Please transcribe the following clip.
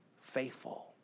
faithful